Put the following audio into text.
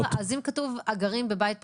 אז אם כתוב הגרים בבית פרטי,